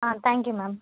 ah thank you ma'am